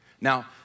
Now